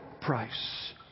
price